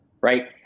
right